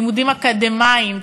לימודים אקדמיים,